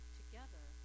together